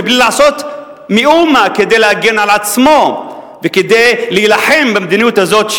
בלי לעשות מאומה כדי להגן על עצמו וכדי להילחם במדיניות הזאת,